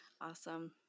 Awesome